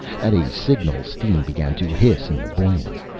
at a signal steam began to hiss in the boiler.